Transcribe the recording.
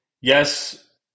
Yes